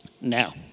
Now